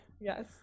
yes